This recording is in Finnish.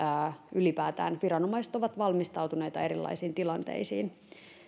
ylipäätään viranomaiset ovat valmistautuneita erilaisiin tilanteisiin